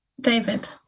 David